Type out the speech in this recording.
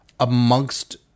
Amongst